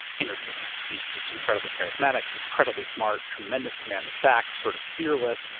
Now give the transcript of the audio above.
interviewer. he's just incredibly charismatic, incredibly smart, tremendous command of facts, sort of fearless.